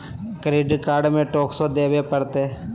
Credit card में टेक्सो देवे परते?